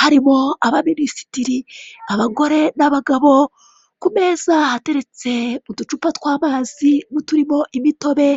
harimo abaminisitiri, abagore, n'abagabo kumeza hateretse uducupa twamazi nuturimo imitobe.